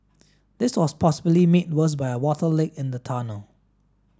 this was possibly made worse by a water leak in the tunnel